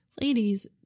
Ladies